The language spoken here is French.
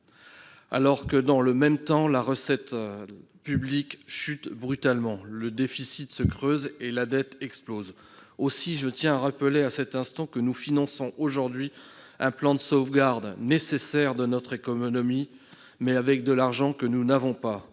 alors que, dans le même temps, la recette publique chute brutalement, le déficit se creuse et la dette explose. Aussi, je tiens à rappeler à cet instant que nous finançons aujourd'hui un plan de sauvegarde nécessaire de notre économie avec de l'argent que nous n'avons pas.